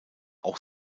auch